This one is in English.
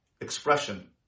expression